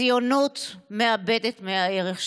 הציונות מאבדת מהערך שלה.